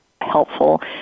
helpful